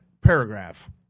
paragraph